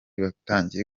batangiye